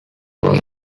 was